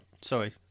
Sorry